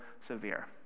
severe